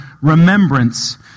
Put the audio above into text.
remembrance